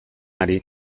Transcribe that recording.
ari